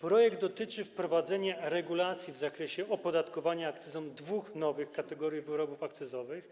Projekt dotyczy wprowadzenia regulacji w zakresie opodatkowania akcyzą dwóch nowych kategorii wyrobów akcyzowych,